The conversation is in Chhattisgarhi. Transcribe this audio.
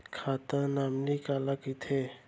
खाता नॉमिनी काला कइथे?